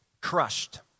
Crushed